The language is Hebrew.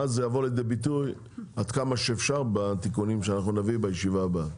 ואז יבוא לידי ביטוי עד כמה שאפשר בתיקונים שאנחנו נביא בישיבה הבאה.